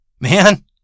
Man